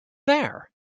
there